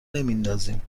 نمیندازیم